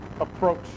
approach